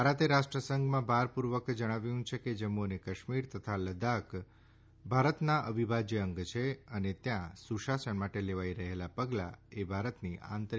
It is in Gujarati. ભારતે રાષ્ટ્રસંઘમાં ભારપૂર્વક જણાવ્યું છે કે જમ્મુ અને કાશ્મીર તથા લદ્દાખ ભારતના અવિભાજ્ય અંગ છે અને ત્યાં સુશાસન માટે લેવાઈ રહેલા પગલાં એ ભારતની આંતરીક બાબત છે